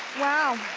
wow.